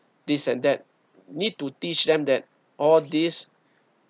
this and that need to teach them that all this